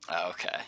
okay